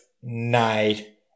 night